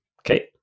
Okay